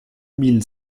mille